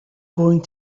going